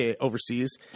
overseas